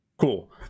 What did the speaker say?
Cool